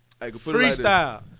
Freestyle